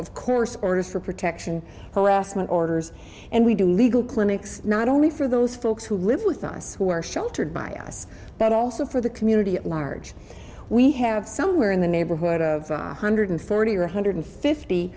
of course orders for protection harassment orders and we do legal clinics not only for those folks who live with us who are sheltered by us but also for the community at large we have somewhere in the neighborhood of one hundred thirty or one hundred fifty